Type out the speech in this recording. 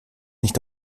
nicht